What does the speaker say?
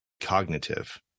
cognitive